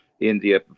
India